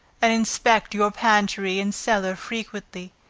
and inspect your pantry and cellar frequently.